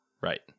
right